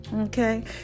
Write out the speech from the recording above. Okay